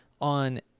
on